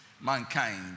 mankind